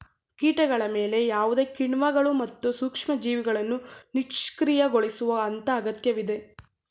ಕೀಟಗಳ ಮೇಲೆ ಯಾವುದೇ ಕಿಣ್ವಗಳು ಮತ್ತು ಸೂಕ್ಷ್ಮಜೀವಿಗಳನ್ನು ನಿಷ್ಕ್ರಿಯಗೊಳಿಸುವ ಹಂತ ಅಗತ್ಯವಿದೆ